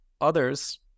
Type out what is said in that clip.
others